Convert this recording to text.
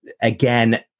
again